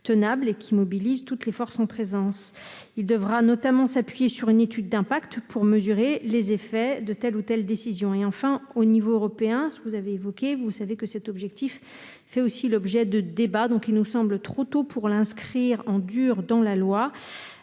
tenable, et qui mobilise toutes les forces en présence. Il devra notamment s'appuyer sur une étude d'impact pour mesurer les effets de telle ou telle décision. Au niveau européen, cet objectif fait aussi l'objet de débats. Il nous semble donc trop tôt pour l'inscrire en dur dans la loi.